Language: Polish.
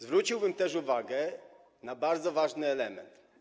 Zwróciłbym też uwagę na bardzo ważny element.